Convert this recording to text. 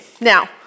Now